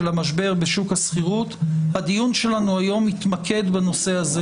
המשבר בשוק השכירות הדיון שלנו היום מתמקד בנושא הזה.